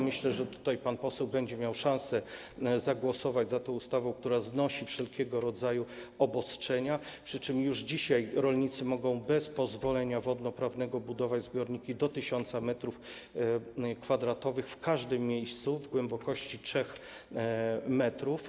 Myślę, że tutaj pan poseł będzie miał szansę zagłosować za tą ustawą, która znosi wszelkiego rodzaju obostrzenia, przy czym już dzisiaj rolnicy mogą bez pozwolenia wodnoprawnego budować zbiorniki do 1 tys. m3 w każdym miejscu do głębokości 3 m.